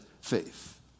faith